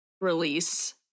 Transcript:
release